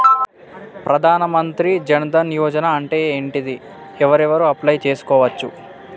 ప్రధాన మంత్రి జన్ ధన్ యోజన అంటే ఏంటిది? ఎవరెవరు అప్లయ్ చేస్కోవచ్చు?